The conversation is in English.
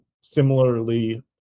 similarly